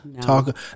talk